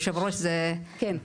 כן.